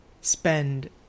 spend